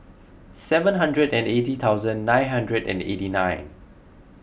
seven hundred and eighty thousand nine hundred and eighty nine